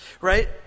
right